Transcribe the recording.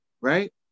right